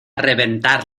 reventar